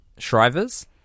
Shrivers